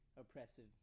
oppressive